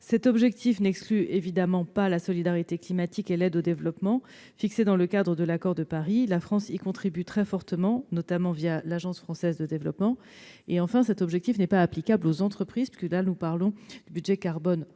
Cet objectif n'exclut évidemment pas ceux de solidarité climatique et d'aide au développement fixés dans le cadre de l'accord de Paris. La France s'implique très fortement, notamment l'Agence française de développement. Enfin, cet objectif n'est pas applicable aux entreprises. Nous parlons ici du budget carbone français